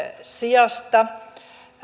sijasta